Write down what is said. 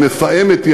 היא מפעמת,